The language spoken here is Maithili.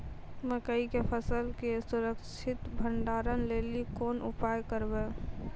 मकई के फसल के सुरक्षित भंडारण लेली कोंन उपाय करबै?